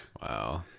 Wow